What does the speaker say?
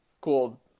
cool